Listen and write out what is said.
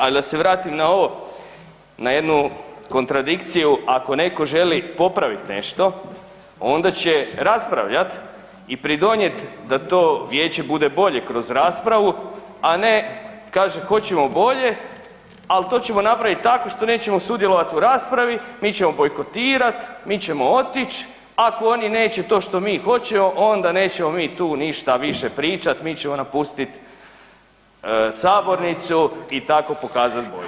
Ali da se vratim na ovo na jednu kontradikciju ako netko želi popravit nešto onda će raspravljati i pridonijeti da to vijeće bude bolje kroz raspravu, a ne kaže hoćemo bolje, ali to ćemo napravit tako što nećemo sudjelovati u raspravi, mi ćemo bojkotirat, mi ćemo otić, ako oni neće to što mi hoćemo onda nećemo mi tu ništa više pričat mi ćemo napustit sabornicu i tako pokazat bojkot.